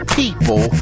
people